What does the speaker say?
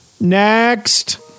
next